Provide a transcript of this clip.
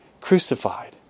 crucified